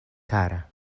kara